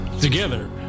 Together